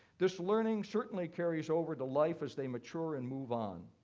this learning certainly carries over to life as they mature and move on.